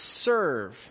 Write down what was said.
serve